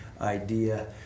idea